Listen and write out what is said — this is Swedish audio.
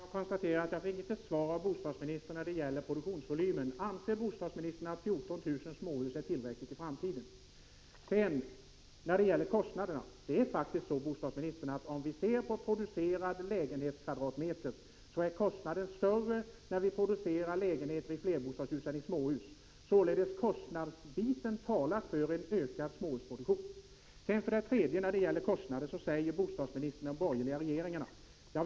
Herr talman! Jag konstaterar att jag inte fick något svar från bostadsministern när det gäller produktionsvolymen. Anser bostadsministern att det är tillräckligt att 14 000 småhus påbörjas i framtiden? Sedan beträffande kostnaderna. Det är faktiskt så, bostadsministern, att kostnaden per kvadratmeter för en producerad lägenhet är större när det gäller flerbostadshus än när det gäller småhus. Detta talar således för en ökad småhusproduktion. Som svar på min tredje fråga hänvisar bostadsministern till hur det var under de borgerliga regeringarna.